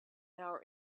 our